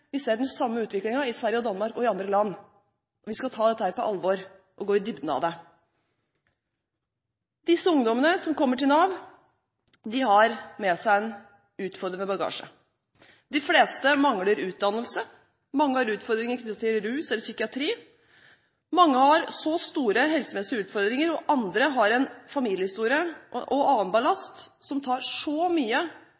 Vi ser den samme utviklingen i Sverige og Danmark og i andre land. Vi skal ta dette på alvor og gå i dybden av det. Disse ungdommene som kommer til Nav, har med seg en utfordrende bagasje. De fleste mangler utdannelse, og mange har utfordringer knyttet til rus og/eller psykiatri. Mange har store helsemessige utfordringer – andre har en familiehistorie og annen